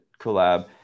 collab